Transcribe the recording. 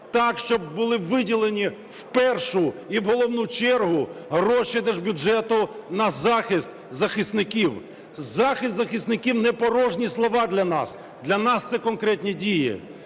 так, щоб були виділені в першу і в головну чергу гроші держбюджету на захист захисників. Захист захисників непорожні слова для нас, для нас це конкретні дії.